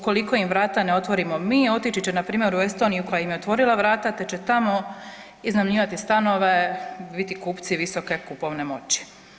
Ukoliko im vrata ne otvorimo mi, otići će npr. u Estoniju koja im je otvorila vrata, te će tamo iznajmljivati stanove, biti kupci visoke kupovne moći.